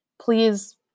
Please